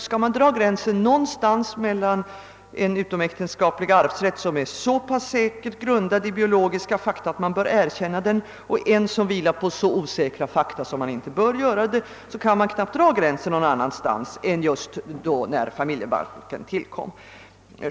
Skall man dra gränsen någonstans mellan en utomäktenskaplig arvsrätt som är så säkert grundad i biologiska fakta att man bör erkänna den och en som vilar på så osäkra fakta att man inte bör göra det, kan gränsen knappast dras någon annanstans än just då familjebalken tillkom.